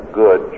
good